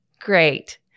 Great